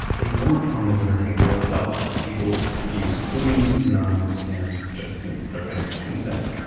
they weren't on the dinner table itself. people used spoons, knives and just, you know, their fingers instead.